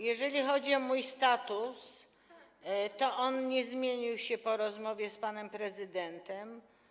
Jeżeli chodzi o mój status, to on nie zmienił się po rozmowie z panem prezydentem.